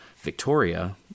Victoria